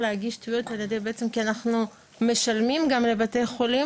כדי להבין איך אנחנו יכולים להתחיל את התהליך,